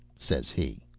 says he.